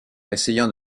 essayant